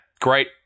great